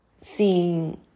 seeing